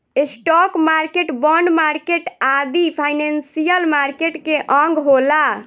stock market, bond market आदि financial market के अंग होला